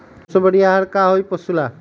सबसे बढ़िया आहार का होई पशु ला?